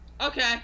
okay